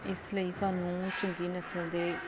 ਇਸ ਲਈ ਸਾਨੂੰ ਚੰਗੀ ਨਸਲ ਦੇ